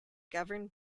governed